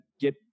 get